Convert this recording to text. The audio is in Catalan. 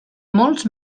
molts